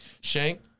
Shank